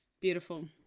Beautiful